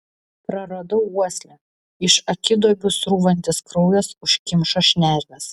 praradau uoslę iš akiduobių srūvantis kraujas užkimšo šnerves